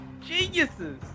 geniuses